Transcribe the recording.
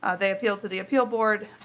ah they appeal to the appeal board.